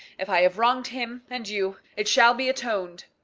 if i have wronged him, and you, it shall be atoned.